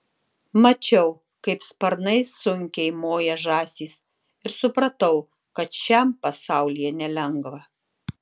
mačiau kaip sparnais sunkiai moja žąsys ir supratau kad šiam pasaulyje nelengva